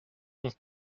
ont